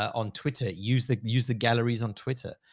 on twitter. use the, use the galleries on twitter.